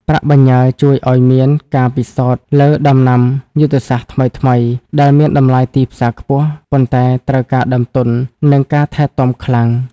ប្រាក់បញ្ញើជួយឱ្យមានការពិសោធន៍លើ "ដំណាំយុទ្ធសាស្ត្រថ្មីៗ" ដែលមានតម្លៃទីផ្សារខ្ពស់ ប៉ុន្តែត្រូវការដើមទុន និងការថែទាំខ្លាំង។